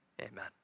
Amen